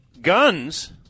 Guns